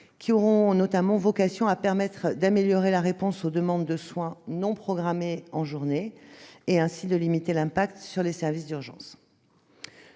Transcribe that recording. qui ont notamment vocation à permettre d'améliorer la réponse aux demandes de soins non programmés en journée et, ainsi, de limiter l'impact sur les services d'urgence.